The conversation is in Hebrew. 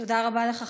תודה רבה לך,